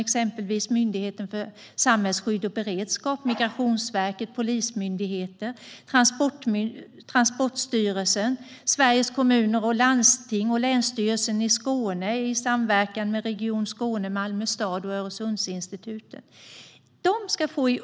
Det gäller exempelvis Myndigheten för samhällsskydd och beredskap, Migrationsverket, Polismyndigheten, Transportstyrelsen, Sveriges Kommuner och Landsting och länsstyrelsen i Skåne i samverkan med Region Skåne, Malmö stad och Öresundsinstitutet.